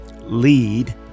lead